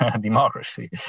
democracy